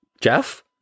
jeff